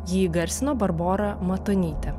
ji įgarsino barbora matonytė